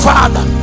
Father